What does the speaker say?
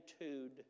attitude